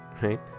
right